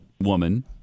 woman